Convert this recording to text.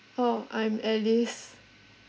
orh I'm alice